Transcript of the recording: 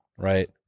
Right